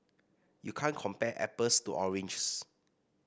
you can't compare apples to oranges